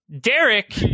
Derek